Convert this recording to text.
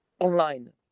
online